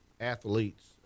athletes